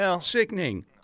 sickening